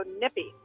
nippy